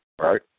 Right